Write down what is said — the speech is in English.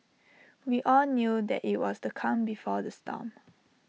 we all knew that IT was the calm before the storm